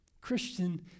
Christian